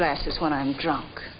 glasses when i'm drunk